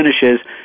finishes